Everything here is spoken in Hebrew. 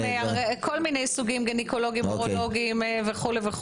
כל מיני סוגים, גינקולוגיים, אורולוגיים וכולי.